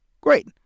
Great